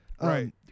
Right